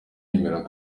yemera